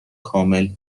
کامل